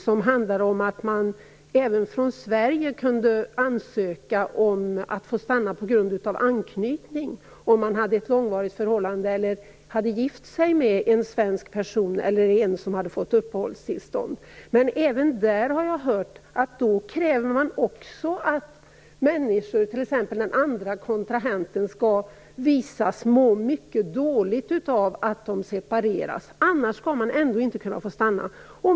Den handlade om att man även från Sverige skulle kunna ansöka om att få stanna på grund av anknytning, t.ex. om man hade ett långvarigt förhållande eller om man hade gift sig med en svensk person eller med någon som hade fått uppehållstillstånd. Även där har jag dock hört att man kräver att människor, t.ex. den andra kontrahenten, skall påvisas må mycket dåligt av en separation. Annars skall man ändå inte kunna få stanna.